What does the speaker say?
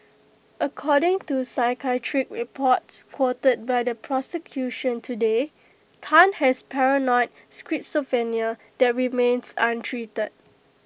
according to psychiatric reports quoted by the prosecution today Tan has paranoid schizophrenia that remains untreated